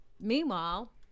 meanwhile